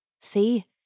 See